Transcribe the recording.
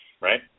right